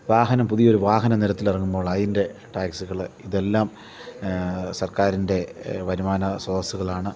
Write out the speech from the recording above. വാഹനം പുതിയൊരു വാഹനം നിരത്തിലിറങ്ങുമ്പോൾ അതിൻ്റെ ട്ടാക്സ്കൾ ഇതെല്ലം സർക്കാരിൻ്റെ വരുമാന സ്രോതസ്സുകളാണ്